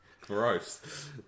Gross